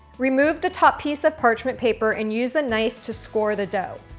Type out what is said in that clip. remove the top piece of parchment paper and use a knife to score the dough.